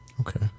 Okay